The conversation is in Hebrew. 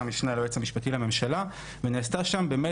אז המשנה ליועץ המשפטי לממשלה ונעשתה שם באמת,